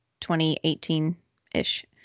2018-ish